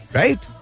right